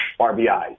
RBI